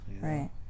Right